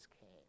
came